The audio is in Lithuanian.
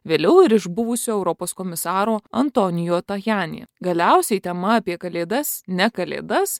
vėliau ir iš buvusio europos komisaro antonijo tajani galiausiai tema apie kalėdas ne kalėdas